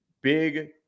big